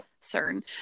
certain